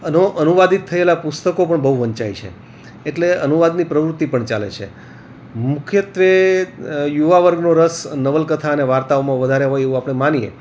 અનુવાદિત થયેલાં પુસ્તકો પણ બહુ વંચાય છે એટલે અનુવાદની પ્રવૃત્તિ પણ ચાલે છે મુખ્યત્ત્વે યુવા વર્ગનો રસ નવલકથા અને વાર્તાઓમાં વધારે હોય એવું આપણે માનીએ